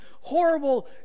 horrible